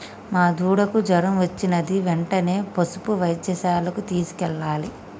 మా దూడకు జ్వరం వచ్చినది వెంటనే పసుపు వైద్యశాలకు తీసుకెళ్లాలి